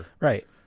Right